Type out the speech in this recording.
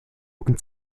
und